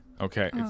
Okay